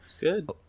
good